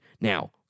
Now